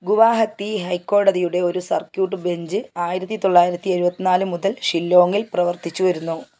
ഗുവാഹത്തി ഹൈക്കോടതിയുടെ ഒരു circuit bench ആയിരത്തി തൊള്ളായിരത്തി എഴുപത് നാല് മുതൽ ഷില്ലോങ്ങിൽ പ്രവൃത്തിച്ചു വരുന്നു